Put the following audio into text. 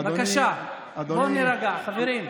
בבקשה, בואו נירגע, חברים.